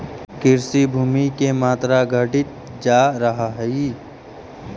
कृषिभूमि के मात्रा घटित जा रहऽ हई